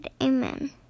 amen